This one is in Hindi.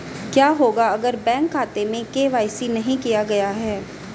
क्या होगा अगर बैंक खाते में के.वाई.सी नहीं किया गया है?